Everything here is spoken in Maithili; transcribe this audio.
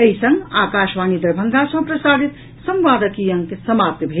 एहि संग आकाशवाणी दरभंगा सँ प्रसारित संवादक ई अंक समाप्त भेल